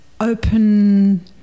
open